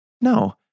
no